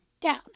down